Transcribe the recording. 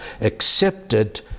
accepted